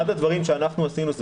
אחד הדברים שאנחנו עשינו זה